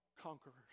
conquerors